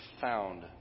found